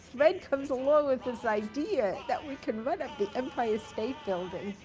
fred comes along with this idea that we can run up the empire state building.